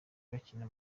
bakina